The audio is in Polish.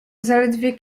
zaledwie